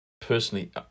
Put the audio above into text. personally